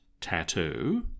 tattoo